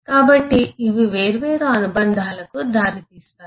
కాబట్టి ఇవి వేర్వేరు అనుబంధాలకు దారి తీస్తాయి